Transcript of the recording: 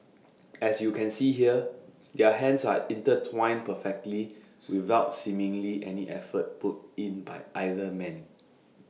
as you can see here their hands are intertwined perfectly without seemingly any effort put in by either man